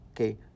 Okay